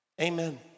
Amen